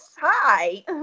Hi